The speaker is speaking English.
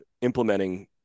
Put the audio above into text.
implementing